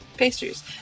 pastries